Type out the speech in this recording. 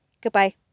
Goodbye